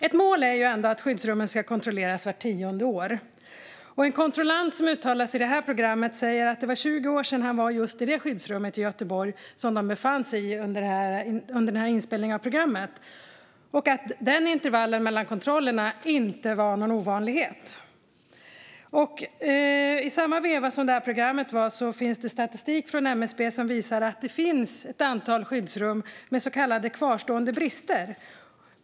Ett mål är att skyddsrummen ska kontrolleras vart tionde år. En kontrollant som uttalade sig i programmet sa att det var 20 år sedan han var i just det skyddsrum i Göteborg de befann sig i vid inspelningen av programmet och att det intervallet mellan kontrollerna inte var en ovanlighet. I samma veva som programmet sändes kom statistik från MSB som visar att det finns ett antal skyddsrum med så kallade kvarstående brister.